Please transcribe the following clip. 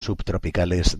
subtropicales